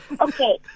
Okay